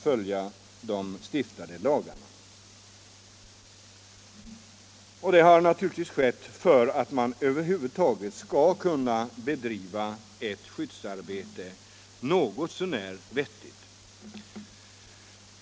Anledningen härtill är att detta varit nödvändigt för att skyddsarbetet över huvud taget skall kunna bedrivas på ett aktivt och riktigt sätt.